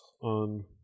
on